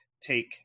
take